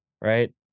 right